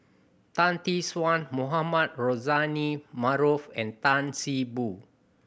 Tan Tee Suan Mohamed Rozani Maarof and Tan See Boo